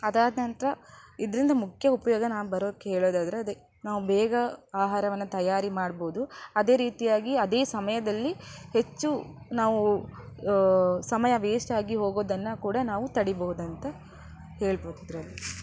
ಅದಾದ ನಂತರ ಇದರಿಂದ ಮುಖ್ಯ ಉಪಯೋಗ ನಾನು ಬರೋಕೆ ಹೇಳೋದಾದರೆ ಅದೇ ನಾವು ಬೇಗ ಆಹಾರವನ್ನು ತಯಾರಿ ಮಾಡ್ಬೋದು ಅದೇ ರೀತಿಯಾಗಿ ಅದೇ ಸಮಯದಲ್ಲಿ ಹೆಚ್ಚು ನಾವು ಸಮಯ ವೇಸ್ಟಾಗಿ ಹೋಗೋದನ್ನು ಕೂಡ ನಾವು ತಡೀಬಹುದಂತ ಹೇಳ್ಬೋದಿದರಲ್ಲಿ